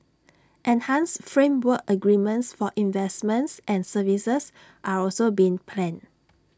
enhanced framework agreements for investments and services are also being planned